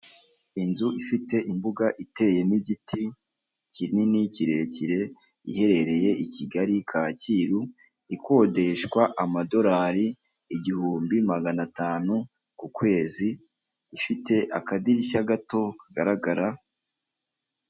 Inzu ifite imbuga iteye n'igiti kinini kirekire, iherereye i Kigali Kacyiru ikodeshwa amadorari igihumbi magana atanu ku kwezi, ifite akadirishya gato kagaragara.